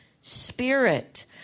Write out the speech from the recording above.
spirit